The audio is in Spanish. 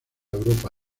europa